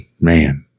man